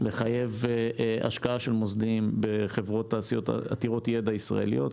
לחייב השקעה של מוסדיים בחברות עתירות יידע ישראליות.